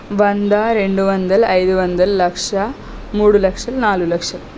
వంద రెండు వందలు ఐదు వందలు లక్ష మూడు లక్షలు నాలుగు లక్షలు